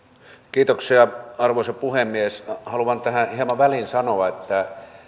arvoisa puhemies haluan tähän hieman väliin sanoa että